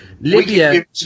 Libya